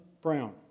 Brown